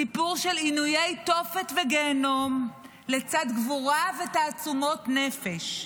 סיפור של עינויי תופת וגיהינום לצד גבורה ותעצומות נפש,